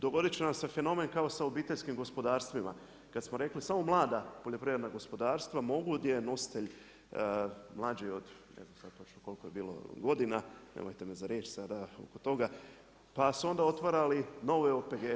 Dogoditi će nam se fenomen kao sa obiteljskim gospodarstvima, kada smo rekli samo mlada poljoprivredna gospodarstva, … nositelj mlađi od, ne znam sada točno koliko je bilo godina, nemojte me za riječ sada oko toga, pa su onda otvarali nove OPG.